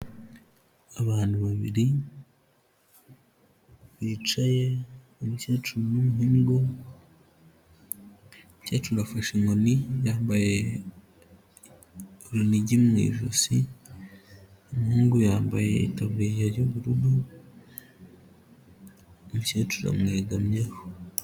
Abantu babiri bicaye, umukecuru n'umuhungu, umukecuru afashe inkoni, yambaye urunigi mu ijosi, umuhungu yambaye itaburiya y'ubururu, umukecuru amwegamyeho.